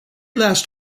last